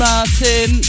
Martin